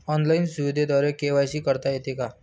Online सुविधेद्वारे KYC करता येते का?